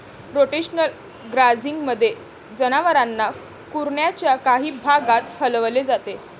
rotational ग्राझिंगमध्ये, जनावरांना कुरणाच्या काही भागात हलवले जाते